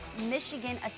Michigan